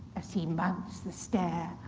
as he mounts the stair,